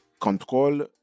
Control